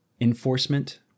enforcement